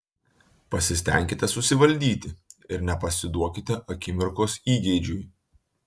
pasistenkite susivaldyti ir nepasiduokite akimirkos įgeidžiui